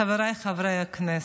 חבריי חברי הכנסת,